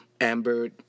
Amber